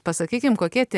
pasakykime kokie tie